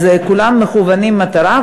אז כולם מכוונים מטרה.